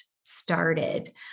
started